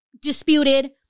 disputed